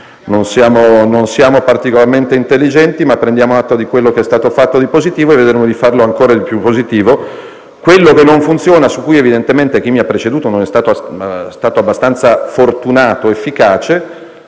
Non siamo particolarmente intelligenti, ma prendiamo atto di quanto è stato fatto di positivo e vedremo di fare ancora meglio. Quel che non funziona e su cui, evidentemente, chi mi ha preceduto non è stato abbastanza fortunato ed efficace,